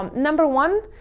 um number one,